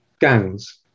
gangs